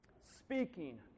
speaking